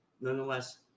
nonetheless